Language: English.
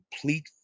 complete